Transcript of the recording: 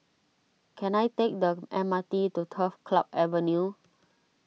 can I take the M R T to Turf Club Avenue